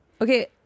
Okay